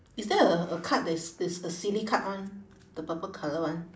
is there a a card that is that's a silly card [one] the purple colour [one]